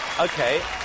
Okay